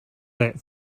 that